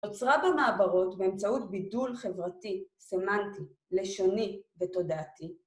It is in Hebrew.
נוצרה במעברות באמצעות בידול חברתי, סמנטי, לשוני ותודעתי.